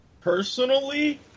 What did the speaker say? Personally